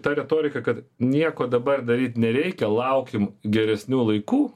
ta retorika kad nieko dabar daryt nereikia laukim geresnių laikų